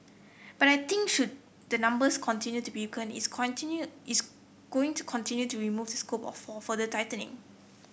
but I think should the numbers continue to weaken it's continue it's going to continue to remove the scope for further tightening